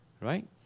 right